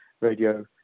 radio